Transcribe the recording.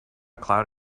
cloud